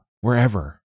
wherever